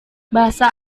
bahasa